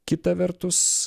kita vertus